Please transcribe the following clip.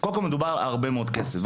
מדובר על הרבה מאוד כסף.